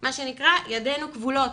מה שנקרא ידינו כבולות.